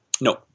no